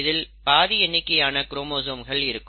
இதில் பாதி எண்ணிக்கையான குரோமோசோம்கள் இருக்கும்